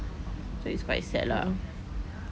so it's quite sad lah